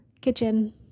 kitchen